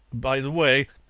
by the way,